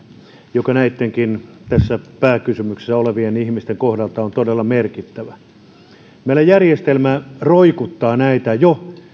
joka näittenkin tässä pääkysymyksessä olevien ihmisten kohdalla on todella merkittävä asia meillä järjestelmä roikuttaa näitä jo